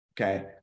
okay